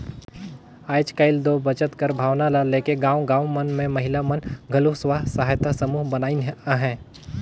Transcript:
आएज काएल दो बचेत कर भावना ल लेके गाँव गाँव मन में महिला मन घलो स्व सहायता समूह बनाइन अहें